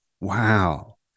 wow